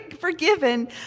forgiven